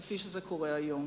כפי שזה קורה היום.